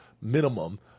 minimum